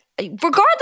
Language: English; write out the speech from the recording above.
regardless